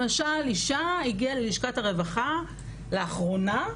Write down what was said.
למשל אישה הגיעה ללשכת הרווחה לאחרונה,